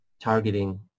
targeting